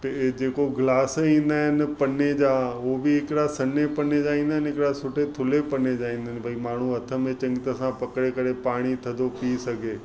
त इहे जेको ग्लास ईंदा आहिनि पने जा हू बि हिकिड़ा सन्हे पने जा ईंदा आहिनि हिकिड़ा सुठे थुले पने जा ईंदा आहिनि भई माण्हू हथ में चङी तरह खां पकिड़े करे पाणी थधो पी सघे